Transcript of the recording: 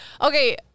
okay